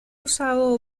usado